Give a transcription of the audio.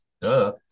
Duh